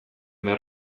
behar